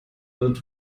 wird